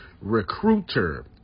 Recruiter